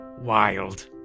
wild